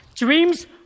Dreams